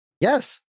yes